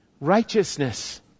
Righteousness